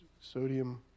sodium